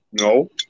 No